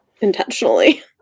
intentionally